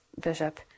bishop